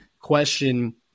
question